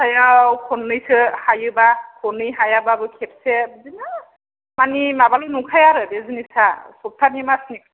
सबथायाव खननैसो हायोबा खननै हायाबाबो खेबसे बिदिनो साननि माबाल' नंखाया आरो बे जिनिसा सबथानि मासनि खोथा नङा